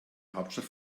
hauptstadt